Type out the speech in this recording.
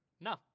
No